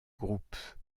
groupe